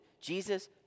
Jesus